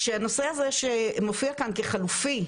הנושא הזה שמופיע כאן כחלופי,